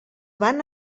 van